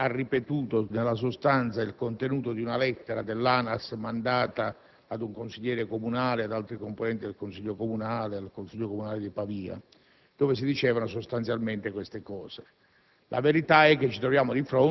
il Sottosegretario ha ripetuto, nella sostanza, il contenuto di una lettera inviata dall'ANAS ad un consigliere comunale e ad altri componenti del consiglio comunale di Pavia, dove si dicevano sostanzialmente queste cose.